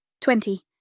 Twenty